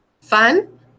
Fun